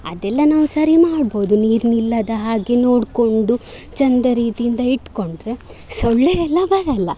ಅದೆಲ್ಲ ನಾವು ಸರಿ ಮಾಡ್ಬೋದು ನೀರು ನಿಲ್ಲದ ಹಾಗೆ ನೋಡಿಕೊಂಡು ಚಂದ ರೀತಿಯಿಂದ ಇಟ್ಕೊಂಡರೆ ಸೊಳ್ಳೆಯೆಲ್ಲ ಬರಲ್ಲ